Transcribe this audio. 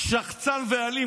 שחצן ואלים.